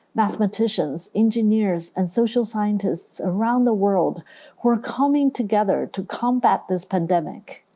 mathematicians, engineers, and social scientists around the world who are coming together to combat this pandemic.